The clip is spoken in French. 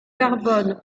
carbone